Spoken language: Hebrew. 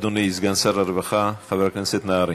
אדוני, סגן שר הרווחה חבר הכנסת נהרי,